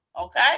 okay